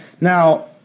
Now